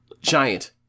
Giant